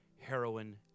heroin